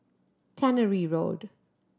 Tannery Road